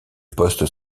poste